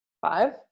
five